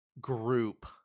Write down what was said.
group